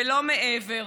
ולא מעבר.